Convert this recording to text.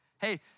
Hey